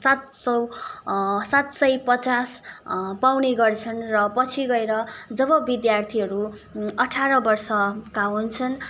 सात सौ सात सय पचास पाउने गर्छन् र पछि गएर जब विद्यार्थीहरू अठार वर्षका हुन्छन्